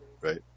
Right